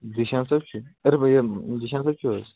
زیٖشان صٲب چھِ زیٖشان صٲب چھِو حظ